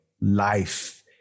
life